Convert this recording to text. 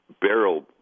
barrel